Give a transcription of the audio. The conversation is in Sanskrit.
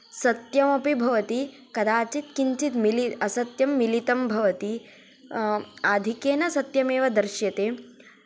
सत्यमपि भवति कदाचित् किञ्चित् मिलि असत्यं मिलितं भवति अधिकेन सत्यमेव दर्श्यते